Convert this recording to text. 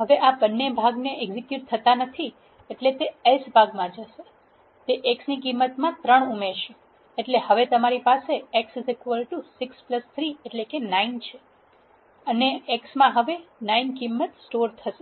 હવે આ બન્ને ભાગ એક્ઝેક્યુટ થતા નથી એટલે તે એલ્સ ભાગ માં જશે તે x ની કિંમતમાં ૩ ઉમેરશે એટલે હવે તમારી પાસે x639 છે અને x માં હવે 9 કિંમત છે